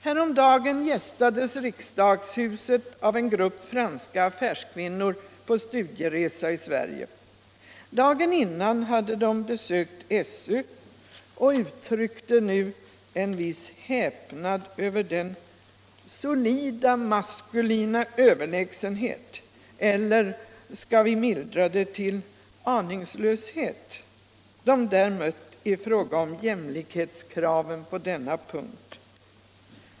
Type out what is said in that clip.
Häromdagen gästades riksdagshuset av en grupp franska affärskvinnor på studieresa i Sverige. Dagen innan hade de besökt SÖ och uttryckte nu en viss häpnad över den solida maskulina överlägsenhet — eller skall vi mildra det till aningslöshet — de där mött i fråga om jämlikhetskraven på denna punkt.